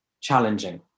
challenging